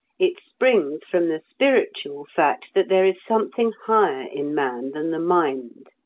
it springs from the spiritual fact that there is something higher in man than the mind,